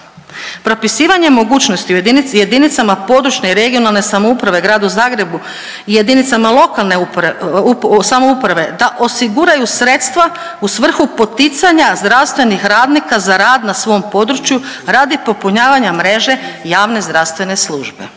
Propisivanje mogućnosti u jedinicama područne (regionalne) samouprave, Gradu Zagrebu i jedinice lokalne samouprave da osiguraju sredstva u svrhu poticanja zdravstvenih radnika na rad na svom području radi popunjavanja mreže javne zdravstvene službe.